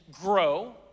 grow